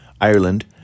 Ireland